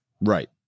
right